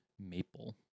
Maple